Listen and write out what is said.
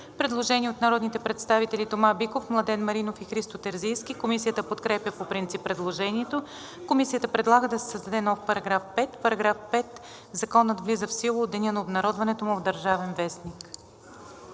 Предложение от народните представители Тома Биков, Младен Маринов и Христо Терзийски. Комисията подкрепя по принцип предложението. Комисията предлага да се създаде нов § 5: „§ 5. Законът влиза в сила от деня на обнародването му в „Държавен вестник“.“